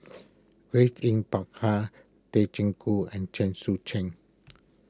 Grace Yin Peck Ha Tay Chin and Chen Sucheng